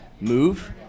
move